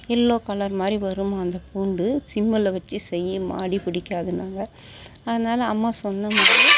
yellow colour மாதிரி வரும்மா அந்த பூண்டு சிம்மில் வச்சு செய்யுமா அடிப்பிடிக்காதுன்னாங்க அதனால் அம்மா சொன்ன மாதிரியே